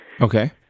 Okay